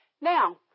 Now